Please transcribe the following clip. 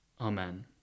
Amen